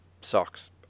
socks